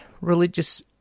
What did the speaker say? religious